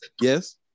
Yes